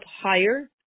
higher